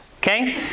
Okay